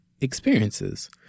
experiences